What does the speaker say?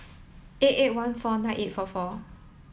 eight eight one four nine eight four four